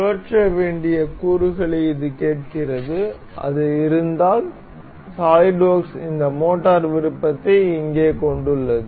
சுழற்ற வேண்டிய கூறுகளை இது கேட்கிறது அது இருந்தால் சாலிட்வொர்க்ஸ் இந்த மோட்டார் விருப்பத்தை இங்கே கொண்டுள்ளது